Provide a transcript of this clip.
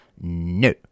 No